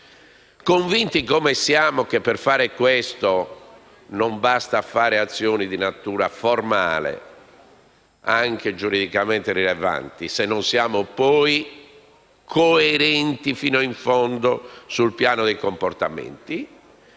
convinti come siamo che per fare questo, non basta fare azioni di natura formale, anche giuridicamente rilevanti, se non siamo poi coerenti fino in fondo sul piano dei comportamenti;